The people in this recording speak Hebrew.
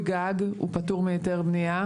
גג עד 700 קילו-וואט פטור מהיתר בנייה;